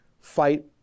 fight